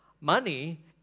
Money